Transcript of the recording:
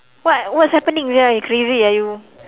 what what's happening sia you crazy ah you